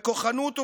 בכוחנות ובאלימות,